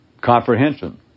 comprehension